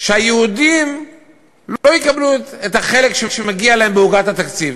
אומר שהיהודים לא יקבלו את החלק שמגיע להם בעוגת התקציב.